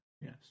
Yes